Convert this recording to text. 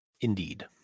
Indeed